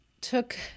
took